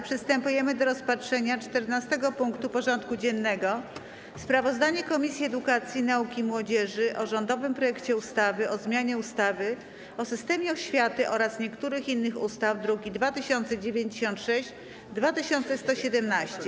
Przystępujemy do rozpatrzenia punktu 14. porządku dziennego: Sprawozdanie Komisji Edukacji, Nauki i Młodzieży o rządowym projekcie ustawy o zmianie ustawy o systemie oświaty oraz niektórych innych ustaw (druki nr 2096 i 2117)